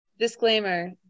Disclaimer